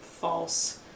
false